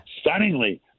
Stunningly